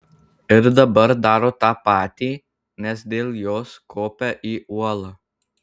ir dabar daro tą patį nes dėl jos kopia į uolą